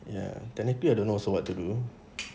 ya technically I don't know also what to do